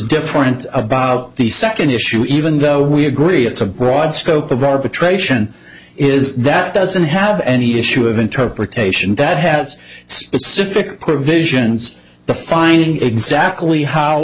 different about the second issue even though we agree it's a broad scope of arbitration is that doesn't have any issue of interpretation that has specific provisions the finding exactly how